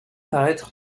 paraître